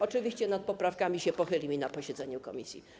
Oczywiście nad poprawkami pochylimy się na posiedzeniu komisji.